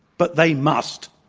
but they must.